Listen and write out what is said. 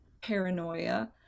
paranoia